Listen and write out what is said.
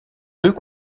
deux